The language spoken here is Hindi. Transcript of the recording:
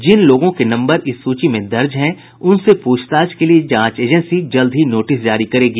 जिन लोगों के नम्बर इस सूची में दर्ज है उनसे पूछताछ के लिए जांच एजेंसी जल्द ही नोटिस जारी करेगी